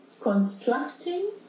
constructing